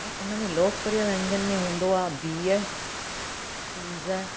ऐं उनमें लोकप्रिय व्यंजन में हूंदो आहे बिह पीज़